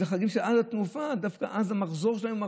בחגים, אז התנופה, דווקא אז המחזור שלהם.